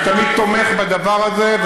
אני תמיד תומך בדבר הזה.